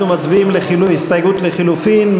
אנחנו מצביעים על ההסתייגות לחלופין.